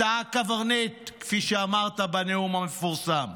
אתה הקברניט, כפי שאמרת בנאום המפורסם,